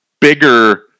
bigger